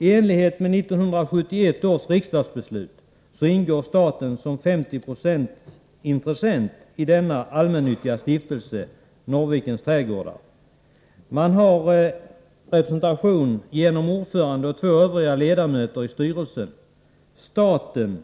I enlighet med 1971 års riksdagsbeslut ingår staten som 50-procentsintressent i den allmännyttiga stiftelsen. Staten har representation i styrelsen genom ordförande och två övriga ledamöter. Staten